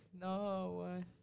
no